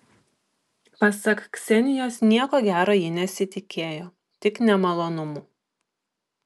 pasak ksenijos nieko gero ji nesitikėjo tik nemalonumų